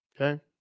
Okay